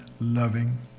loving